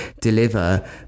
deliver